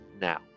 now